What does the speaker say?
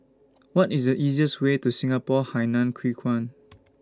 What IS The easiest Way to Singapore Hainan Hwee Kuan